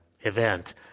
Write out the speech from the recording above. event